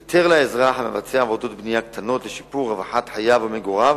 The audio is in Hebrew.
יותר לאזרח המבצע עבודות בנייה קטנות לשיפור רווחת חייו ומגוריו.